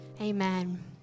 Amen